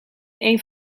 één